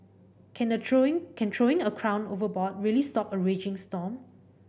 can a throwing can throwing a crown overboard really stop a raging storm